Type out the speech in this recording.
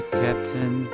captain